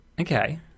Okay